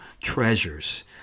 treasures